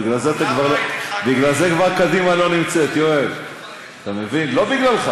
בגלל זה אתה כבר לא, אומנם לא הייתי, בגלל זה